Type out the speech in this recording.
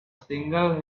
single